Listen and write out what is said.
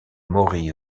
maury